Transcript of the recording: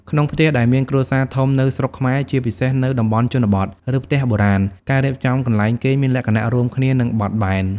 ក្នុងផ្ទះដែលមានគ្រួសារធំនៅស្រុកខ្មែរ ជាពិសេសនៅតំបន់ជនបទ ឬផ្ទះបុរាណ ការរៀបចំកន្លែងគេងមានលក្ខណៈរួមគ្នា និងបត់បែន។